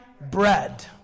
bread